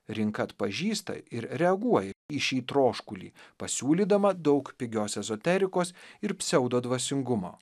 rinka atpažįsta ir reaguoja į šį troškulį pasiūlydama daug pigios ezoterikus ir pseudodvasingumo